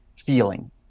feeling